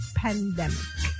pandemic